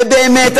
ובאמת,